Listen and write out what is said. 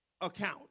account